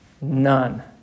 None